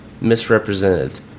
misrepresented